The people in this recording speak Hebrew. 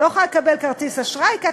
את לא יכולה לקבל כרטיס אשראי כי את